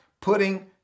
putting